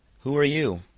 who are you?